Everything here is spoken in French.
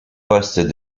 poste